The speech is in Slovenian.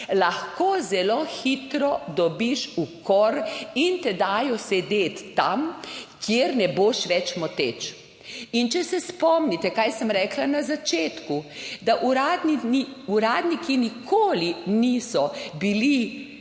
lahko zelo hitro dobiš ukor in te dajo sedeti tam, kjer ne boš več moteč. In če se spomnite, kaj sem rekla na začetku, da 43. TRAK: (NB) –